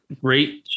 great